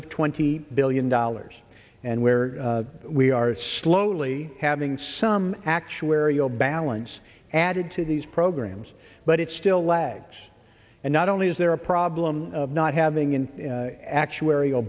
of twenty billion dollars and where we are slowly having some actuarial balance added to these programs but it still lags and not only is there a problem of not having an actuarial